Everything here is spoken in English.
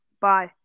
Bye